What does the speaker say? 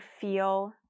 feel